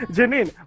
Janine